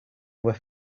were